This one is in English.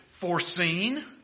foreseen